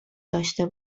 داشته